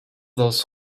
those